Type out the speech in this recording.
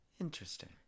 interesting